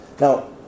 Now